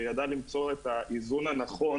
שידעו למצוא את האיזון הנכון